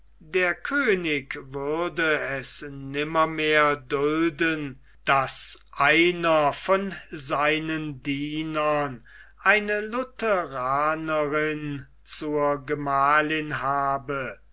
der könig würde es nimmermehr dulden daß einer von seinen dienern eine lutheranerin zur gemahlin habe